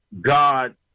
God